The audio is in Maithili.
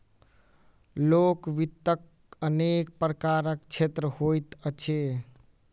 लोक वित्तक अनेक प्रकारक क्षेत्र होइत अछि